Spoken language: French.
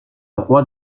roi